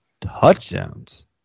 touchdowns